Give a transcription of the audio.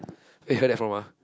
where you heard that from ah